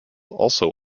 also